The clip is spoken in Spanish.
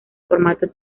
formato